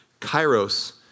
Kairos